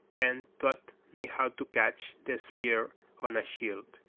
and taught me how to catch the spear on a shield,